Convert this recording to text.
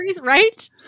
right